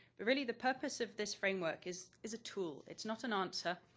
but really, the purpose of this framework is is a tool it's not an answer.